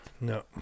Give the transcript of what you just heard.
no